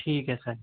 ٹھیک ہے سر